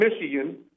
Michigan